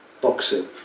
boxing